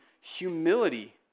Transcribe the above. humility